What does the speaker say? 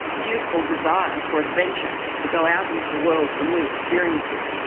youthful desire for adventure, to go out into the world for new experiences,